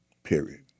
Period